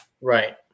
right